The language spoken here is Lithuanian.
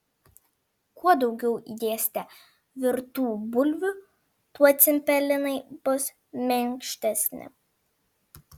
kuo daugiau įdėsite virtų bulvių tuo cepelinai bus minkštesni